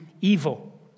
evil